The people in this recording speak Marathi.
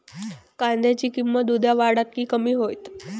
कांद्याची किंमत उद्या वाढात की कमी होईत?